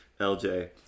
LJ